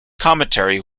commentary